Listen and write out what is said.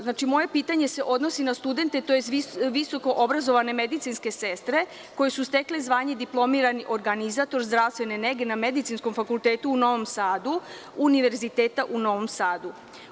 Znači, moje pitanje se odnosi na studente tj. visoko obrazovane medicinske sestre koje su stekle zvanje diplomirani organizator zdravstvene nege na Medicinskom fakultetu u Novom Sadu, Univerziteta u Novom Sadu.